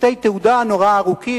סרטי תעודה נורא ארוכים,